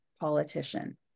politician